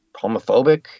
homophobic